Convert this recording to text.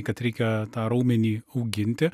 kad reikia tą raumenį auginti